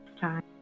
time